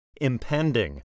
Impending